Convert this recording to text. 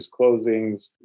closings